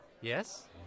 Yes